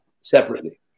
separately